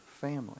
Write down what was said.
family